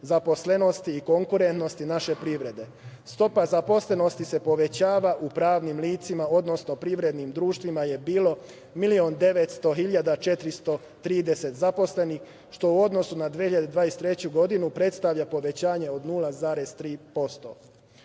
zaposlenosti i konkurentnosti naše privrede. Stopa zaposlenosti se povećava u pravnim licima, odnosno privrednim društvima je bilo 1.900.430 zaposlenih, što u odnosu na 2023. godinu predstavlja povećanje od 0,3%.